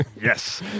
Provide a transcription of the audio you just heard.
Yes